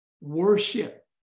Worship